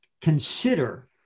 consider